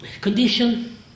condition